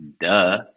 duh